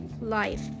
life